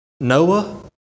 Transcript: Noah